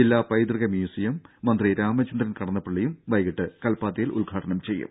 ജില്ലാ പൈതൃക മ്യൂസിയം മന്ത്രി രാമചന്ദ്രൻ കടന്നപ്പള്ളിയും വൈകീട്ട് കൽപ്പാത്തിയിൽ ഉദ്ഘാടനം ചെയ്യും